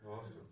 Awesome